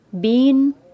Bean